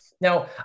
Now